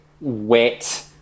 Wet